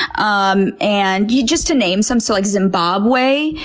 um and yeah just to name some, so like zimbabwe,